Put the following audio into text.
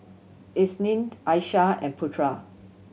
Isnin Aishah and Putra